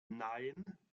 nein